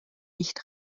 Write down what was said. nicht